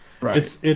Right